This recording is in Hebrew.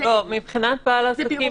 מבחינת בעל עסקים,